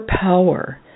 power